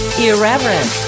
irreverent